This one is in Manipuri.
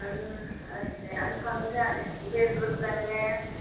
ꯑꯁ ꯌꯥꯝ ꯐꯪꯖꯅꯤ ꯕꯤꯠ ꯔꯨꯠ ꯍꯥꯏꯕꯅꯦ